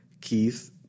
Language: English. Keith